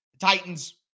Titans